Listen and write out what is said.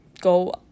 go